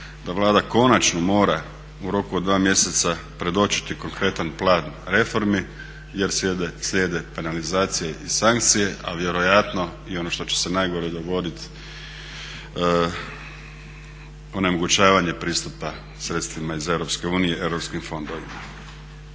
da Vlada konačno mora u roku od 2 mjeseca predočiti konkretan plan reformi jer slijede penalizacije i sankcije, a vjerojatno i ono što će se najgore dogoditi onemogućavanje pristupa sredstvima iz EU europskim fondovima.